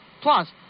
plus